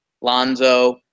Lonzo